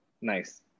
Nice